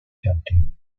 dumpty